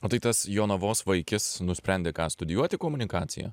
o tai tas jonavos vaikis nusprendė ką studijuoti komunikaciją